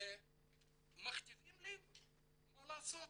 ומכתיבים לי מה לעשות,